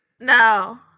No